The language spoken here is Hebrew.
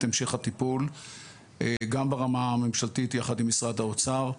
המשך הטיפול בנושא הזה גם ברמה הממשלתית יחד עם משרד האוצר,